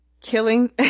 killing